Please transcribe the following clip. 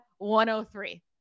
103